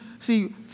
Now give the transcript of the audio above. See